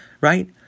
right